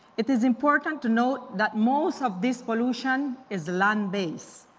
it is important to know that most of this pollution is land-based.